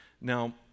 Now